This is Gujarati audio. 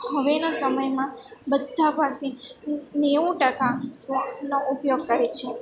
હવેના સમયમાં બધા પાસે નેવું ટકા નો ઉપયોગ કરે છે